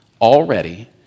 already